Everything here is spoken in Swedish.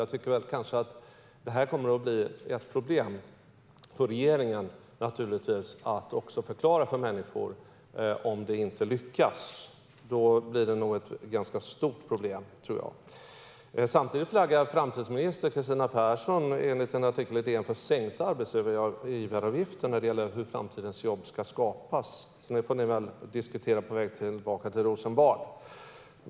Jag tror att det kommer att bli ett problem för regeringen, naturligtvis, att förklara för människor om det inte lyckas. Då blir det nog ett ganska stort problem. Samtidigt flaggar framtidsminister Kristina Persson, enligt en artikel i DN, för sänkta arbetsgivaravgifter när det gäller hur framtidens jobb ska skapas. Det får ni väl diskutera på väg tillbaka till Rosenbad.